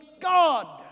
God